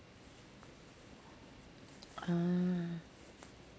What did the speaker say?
err